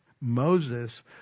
Moses